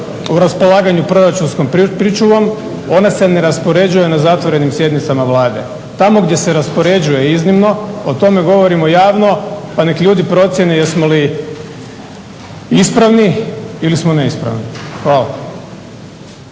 u raspolaganju proračunskom pričuvom. Ona se ne raspoređuje na zatvorenim sjednicama Vlade. Tamo gdje se raspoređuje iznimno o tome govorimo javno pa nek ljudi procjene jesmo li ispravni ili smo neispravni. Hvala.